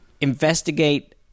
investigate